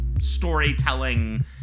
storytelling